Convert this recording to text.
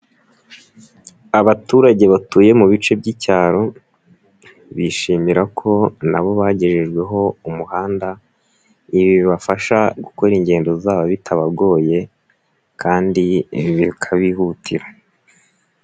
Abaturage batuye mu bice by'icyaro, bishimira ko nabo bagejejweho umuhanda, ibibafasha gukora ingendo zabo bitabagoye kandi bikabihutira.